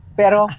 pero